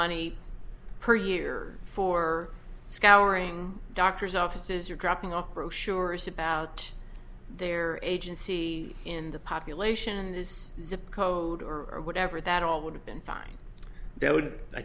money per year for scouring doctors offices or dropping off brochures about their agency in the population this zip code or whatever that all would have been fine